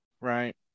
Right